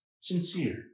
sincere